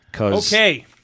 Okay